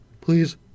Please